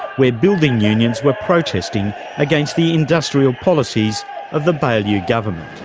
where building unions were protesting against the industrial policies of the baillieu government.